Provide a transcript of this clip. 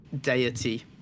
deity